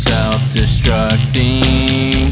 Self-destructing